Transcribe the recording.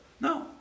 no